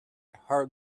hard